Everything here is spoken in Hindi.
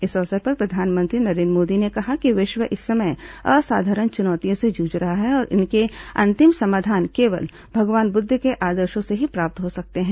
इस अवसर पर प्रधानमंत्री नरेंद्र मोदी ने कहा कि विश्व इस समय असाधारण चुनौतियों से जूझ रहा है और इनके अंतिम समाधान केवल भगवान बुद्ध के आदर्शो से ही प्राप्त हो सकते हैं